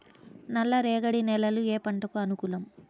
నల్లరేగడి నేలలు ఏ పంటలకు అనుకూలం?